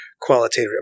qualitative